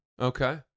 Okay